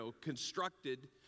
constructed